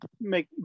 make